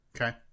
Okay